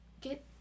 Get